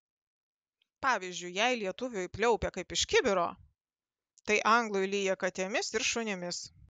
pavyzdžiui jei lietuviui pliaupia kaip iš kibiro tai anglui lyja katėmis ir šunimis